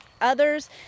others